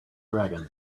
dragon